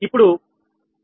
ఇప్పుడు పి